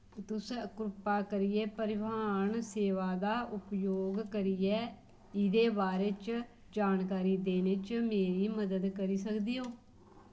तुसें कृपा करियै परिवहन सेवा दा उपयोग करियै एह्दे बारे च जानकारी देने च मेरी मदद करी सकदे ओ